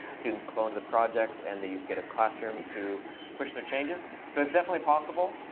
students cloned to the projects. and they used github classroom to push their changes. so it's definitely possible.